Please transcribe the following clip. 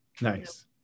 Nice